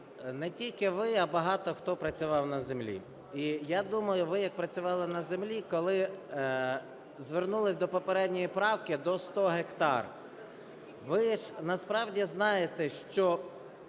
не тільки ви, а багато хто працював на землі. І я думаю, ви як працювали на землі, коли звернулись до попередньої правки до 100 гектарів. Ви ж насправді знаєте, що